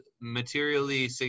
materially